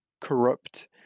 corrupt